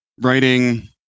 Writing